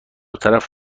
طرف